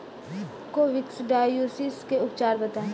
Coccidiosis के उपचार बताई?